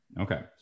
okay